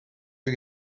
you